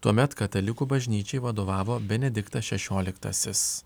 tuomet katalikų bažnyčiai vadovavo benediktas šešioliktasis